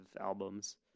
albums